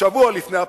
שבוע לפני הבחירות,